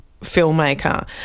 filmmaker